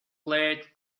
blade